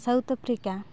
south Africa